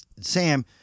Sam